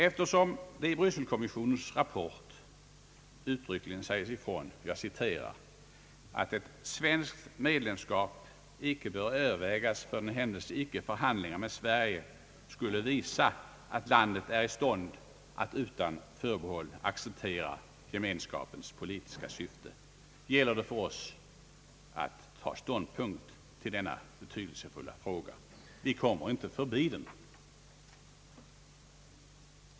Eftersom det i Bryssel-kommissionens rapport uttryckligen säges ifrån att »ett svenskt medlemskap icke bör övervägas för den händelse icke förhandlingarna med Sverige skulle visa att landet är i stånd att utan förbehåll acceptera Gemenskapens politiska syften», gäller det för oss att ta ståndpunkt till denna betydelsefulla fråga. Vi kommer inte förbi den.